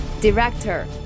Director